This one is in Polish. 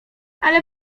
ale